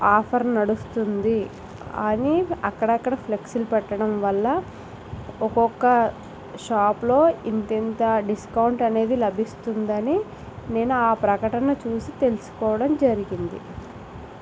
offer నడుస్తుంది అని అక్కడక్కడ ఫ్లెక్సీలు పెట్టడం వల్ల ఒక్కొక్క షాపులో ఇంతింత డిస్కౌంట్ అనేది లభిస్తుంది అని నేను ఆ ప్రకటన చూసి తెలుసుకోవడం జరిగింది